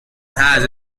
has